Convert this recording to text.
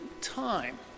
time